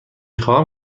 خواهم